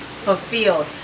Fulfilled